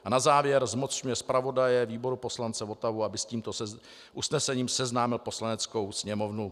A na závěr zmocňuje zpravodaje výboru poslance Votavu, aby s tímto usnesením seznámil Poslaneckou sněmovnu.